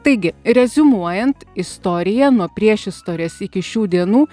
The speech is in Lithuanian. taigi reziumuojant istorija nuo priešistorės iki šių dienų